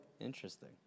Interesting